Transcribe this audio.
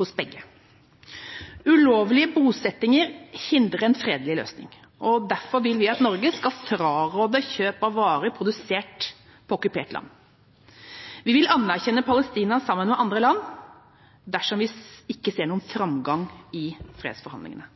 hos begge parter. Ulovlige bosettinger hindrer en fredelig løsning, og derfor vil vi at Norge skal fraråde kjøp av varer produsert på okkupert land. Vi vil anerkjenne Palestina sammen med andre land dersom vi ikke ser noen framgang i fredsforhandlingene.